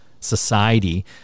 society